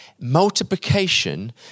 Multiplication